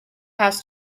has